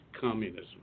communism